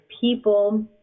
people